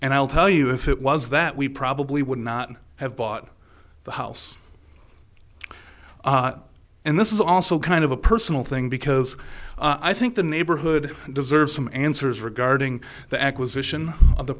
and i'll tell you if it was that we probably would not have bought the house and this is also kind of a personal thing because i think the neighborhood deserves some answers regarding the acquisition